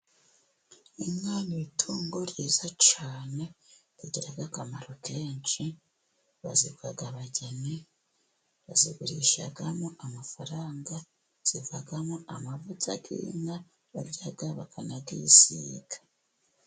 Inka ni itungo ryiza cyane rigira akamaro kenshi bazikwa abageni, bazigurishamo amafaranga, zivamo amavuta y'inka barya bakanakiyisiga.